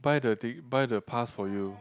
buy the thing buy the pass for you